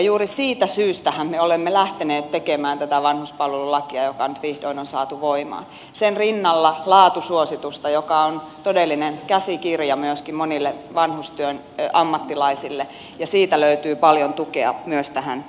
juuri siitä syystähän me olemme lähteneet tekemään tätä vanhuspalvelulakia joka nyt vihdoin on saatu voimaan sekä sen rinnalla laatusuositusta joka on todellinen käsikirja myöskin monille vanhustyön ammattilaisille ja siitä löytyy paljon tukea myös tähän työhön